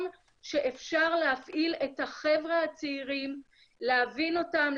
שאפשר להפעיל את החבר'ה הצעירים להבין אותם,